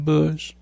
Bush